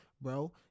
Bro